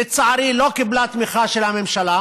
לצערי, לא קיבלה תמיכה של הממשלה,